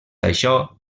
això